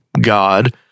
God